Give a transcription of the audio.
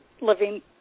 Living